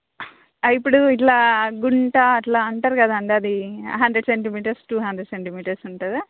ఇప్పుడు ఇలా గుంట అలా అంటారు కదండి అది hundred centimetres two hundred centimetres ఉంటుందా